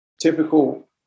typical